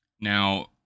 Now